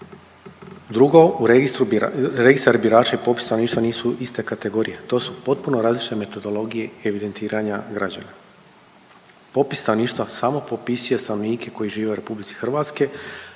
Drugo, u registru birača, registar birača i popis nisu iste kategorije. To su potpuno različite metodologije i evidentiranja građana. Popis stanovništva samo popisuje stanovnike koji žive u RH, a registar